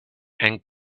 and